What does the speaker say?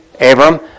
Abram